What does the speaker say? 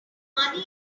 money